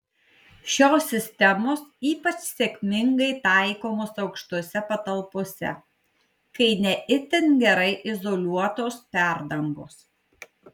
šios sistemos ypač sėkmingai taikomos aukštose patalpose kai ne itin gerai izoliuotos perdangos